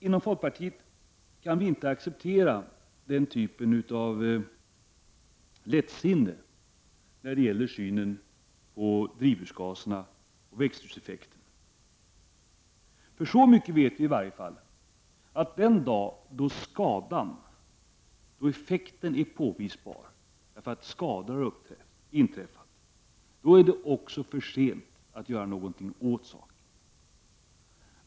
Inom folkpartiet kan vi inte acceptera den typen av lättsinne när det gäller synen på drivhusgaserna och växthuseffekten. Vi vet i alla fall så mycket att den dagen när effekten är påvisbar därför att skador har inträffat är det också för sent att göra något åt saken.